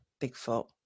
Bigfoot